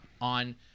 on